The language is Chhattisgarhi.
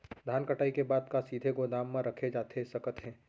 धान कटाई के बाद का सीधे गोदाम मा रखे जाथे सकत हे?